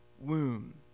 womb